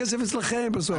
הכסף אצלכם בסוף.